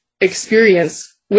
experience